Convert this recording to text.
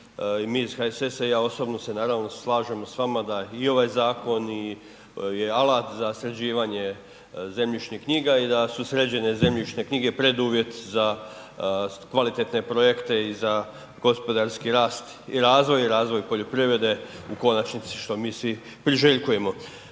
mi iz HSS-a i ja osobno se naravno slažemo s vama da i ovaj zakon je alat za sređivanje zemljišnih knjiga i da su sređene zemljišne knjige preduvjet za kvalitetne projekte i za gospodarski rast i razvoj i razvoj poljoprivrede u konačnici što mi svi priželjkujemo.